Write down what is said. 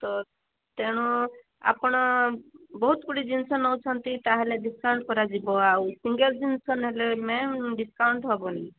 ତ ତେଣୁ ଆପଣ ବହୁତ ଗୁଡ଼ିଏ ଜିନିଷ ନେଉଛନ୍ତି ତାହେଲେ ଡ଼ିସକାଉଣ୍ଟ କରାଯିବ ଆଉ ସିଙ୍ଗିଲ ଜିନିଷ ନେଲେ ମ୍ୟାମ୍ ଡ଼ିସକାଉଣ୍ଟ ହେବନି